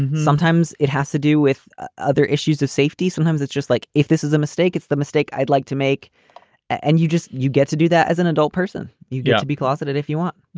sometimes it has to do with other issues of safety. sometimes it's just like if this is a mistake, it's the mistake. i'd like to make and you just you get to do that as an adult person. you get to be closeted if you want.